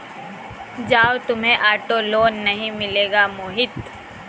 जाओ, तुम्हें auto loan नहीं मिलेगा मोहित